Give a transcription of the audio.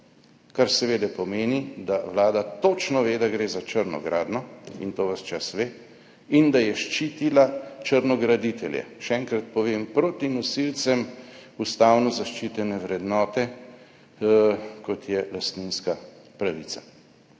kar seveda pomeni, da Vlada točno ve, da gre za črno gradnjo in to ves čas ve in je ščitila črnograditelje, še enkrat povem, proti nosilcem ustavno zaščitene vrednote, kot je lastninska pravica.